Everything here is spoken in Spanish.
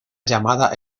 llamada